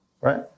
right